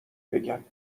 بگم